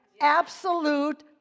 absolute